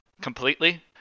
completely